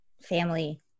family